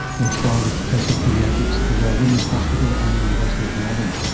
lex doyle is professor of paediatrics at the royal women's hospital and the university of melbourne.